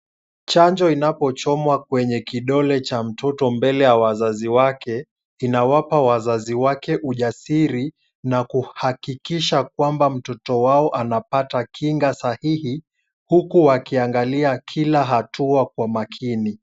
Chanjo inapochomwa kwenye kidole cha mtoto mbele ya wazazi wake, inawapa wazazi wake ujasiri na kuhakikisha kwamba mtoto wao anapata kinga sahihi huku wakiangalia kila hatua kwa makini.